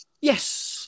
yes